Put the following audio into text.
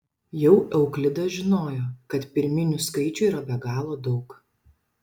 jau euklidas žinojo kad pirminių skaičių yra be galo daug